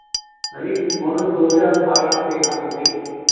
ਹੈ ਜੀ ਮੌਡਲ ਦੋ ਹਜ਼ਾਰ ਬਾਰਾਂ ਤੇਰਾਂ ਹੋਵੇ